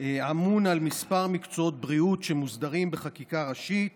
אמון על כמה מקצועות בריאות המוסדרים בחקיקה ראשית